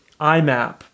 IMAP